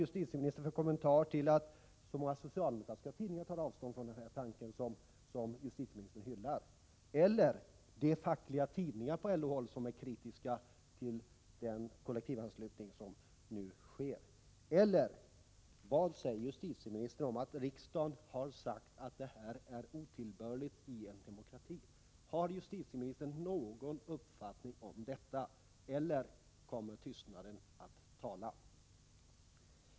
Vilken kommentar har justitieministern till att så många socialdemokratiska tidningar tar avstånd från den tanke som justitieministern hyllar och att så många fackliga tidningar på LO-håll är kritiska till den kollektivanslutning som nu sker? Vad säger justitieministern om att riksdagen har uttalat att kollektivanslutningen är ett system som är otillbörligt i en demokrati? Har justitieministern någon uppfattning om detta eller kommer tystnaden att tala?